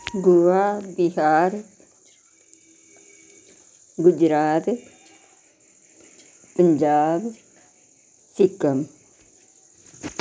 Goa Bihar Gujarat Punjab Sikkim